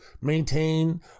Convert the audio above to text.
maintain